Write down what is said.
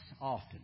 often